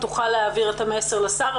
ותוכל להעביר את המסר לשר.